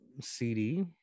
CD